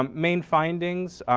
um main findings,